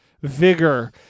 Vigor